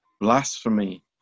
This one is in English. blasphemy